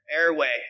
airway